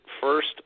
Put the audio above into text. first